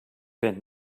bent